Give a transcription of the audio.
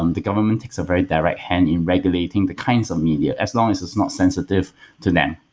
um the government takes a very direct hand in regulating the kinds of media, as long as it's not sensitive to them.